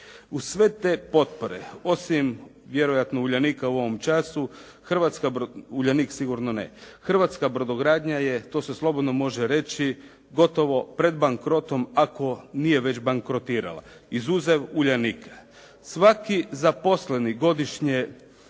Uz sve te potpore, osim vjerojatno Uljanika u ovom času, Uljanik sigurno ne, Hrvatska brodogradnja je, to se slobodno može reći, gotovo pred bankrotom ako nije već bankrotirala, izuzev Uljanika. Svaki zaposleni godišnje